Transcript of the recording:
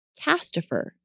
Castifer